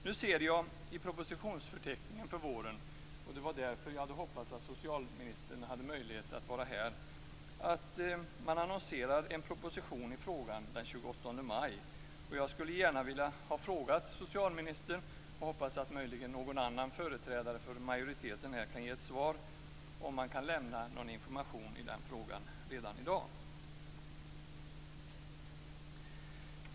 Nu ser jag i propositionsförteckningen för våren - och det var därför jag hade hoppats att socialministern skulle ha möjlighet att vara här - att man annonserar en proposition i frågan den 28 maj. Jag skulle ha velat fråga socialministern - möjligen kan någon annan företrädare för majoriteten ge ett svar - om det går att lämna någon information i frågan redan i dag.